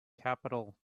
capital